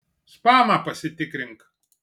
spamą pasitikrink